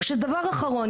ודבר אחרון,